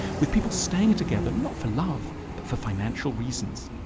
with people staying together not for love but for financial reasons.